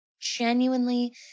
genuinely